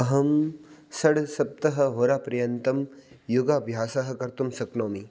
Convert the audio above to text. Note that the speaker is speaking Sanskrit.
अहं षड् सप्त होरापर्यन्तं योगाभ्यासं कर्तुं शक्नोमि